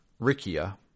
Rikia